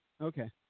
Okay